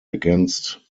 against